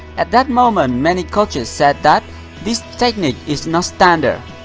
at that moment, many coaches said that this technique is not standard.